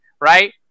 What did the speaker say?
right